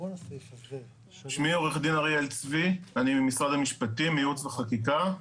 אני עו"ד ממשרד המשפטים, ייעוץ וחקיקה.